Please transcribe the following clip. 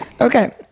okay